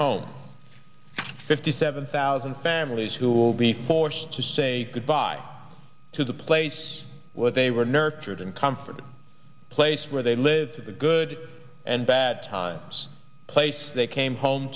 homes fifty seven thousand families who will be forced to say goodbye to the place where they were nurtured and comfortable place where they live the good and bad times place they came home